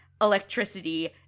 electricity